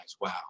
wow